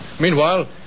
Meanwhile